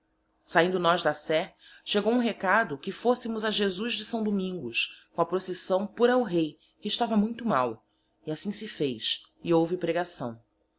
sahindo nós da sé chegou hum recado que fossemos a jesu de saõ domingos com a procissaõ por el rei que estava muito mal e assim se fez e ouve pregaçaõ